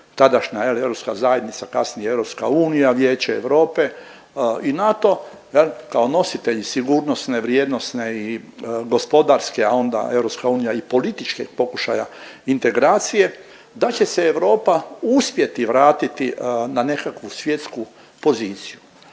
kasnije EU, Vijeće Europe i NATO kao nositelji sigurnosne, vrijednosne i gospodarske, a onda EU i političkih pokušaja integracije da će se Europa uspjeti vratiti na nekakvu svjetsku poziciju,